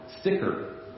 sticker